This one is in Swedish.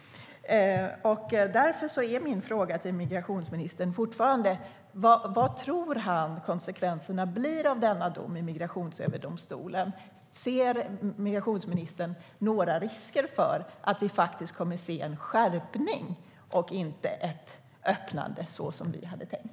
Därför är mina frågor till migrationsministern fortfarande: Vilka tror han att konsekvenserna blir av denna dom i Migrationsöverdomstolen? Ser migrationsministern några risker för att det kommer att ske en skärpning och inte ett öppnande, som vi hade tänkt?